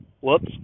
Whoops